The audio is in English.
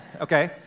Okay